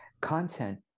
Content